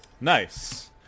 Nice